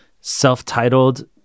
self-titled